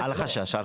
אל חשש.